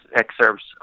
excerpts